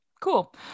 cool